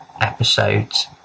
episode's